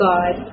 God